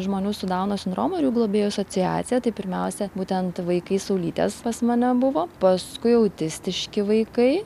žmonių su dauno sindromu ir jų globėjų asociacija tai pirmiausia būtent vaikai saulytės pas mane buvo paskui autistiški vaikai